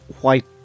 white